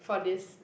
for this